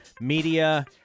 Media